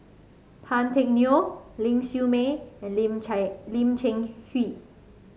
Tan Teck Neo Ling Siew May and Lim Lim Cheng Hoe